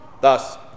thus